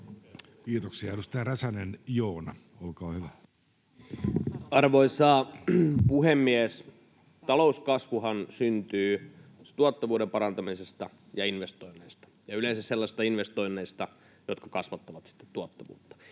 vuodelle 2025 Time: 14:44 Content: Arvoisa puhemies! Talouskasvuhan syntyy tuottavuuden parantamisesta ja investoinneista ja yleensä sellaisista investoinneista, jotka kasvattavat sitten tuottavuutta.